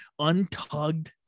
untugged